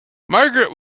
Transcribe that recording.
margaret